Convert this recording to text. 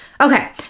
Okay